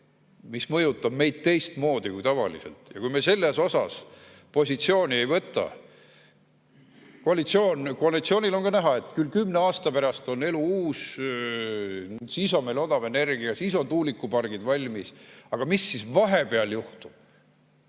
mis mõjutavad meid teistmoodi kui tavaliselt. Ja kui me selles osas positsiooni ei võta ... Koalitsioonil on [soov] näha, et kümne aasta pärast on elu uus, siis on meil odav energia, siis on tuulikupargid valmis. Aga mis vahepeal juhtub?